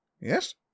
Yes